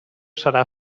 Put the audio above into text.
serà